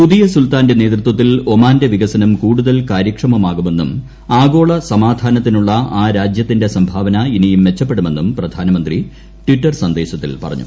പുതിയ സുൽത്താന്റെ നേതൃത്വത്തിൽ ഒമാന്റെ വികസനം കൂടുതൽ കാര്യക്ഷമമാക്കുമെന്നും ആഗോള സമാധാനത്തിനുള്ള ആ രാജ്യത്തിന്റെ സംഭാവന ഇനിയും മെച്ചപ്പെടുമെന്നും പ്രധാനമന്ത്രി ടിറ്റർ സന്ദേശത്തിൽ പറഞ്ഞു